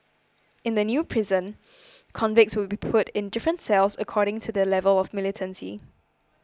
in the new prison convicts will be put in different cells according to their level of militancy